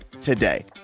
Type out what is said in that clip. today